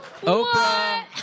Oprah